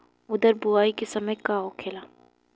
उरद बुआई के समय का होखेला?